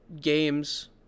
games